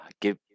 give